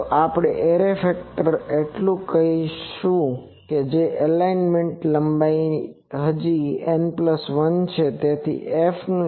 તો array factor એટલું હશે હવે આપણી એલિમેન્ટ લંબાઈ હજી N 1 છે